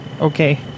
Okay